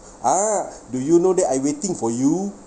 a'ah do you know that I waiting for you